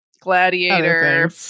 Gladiator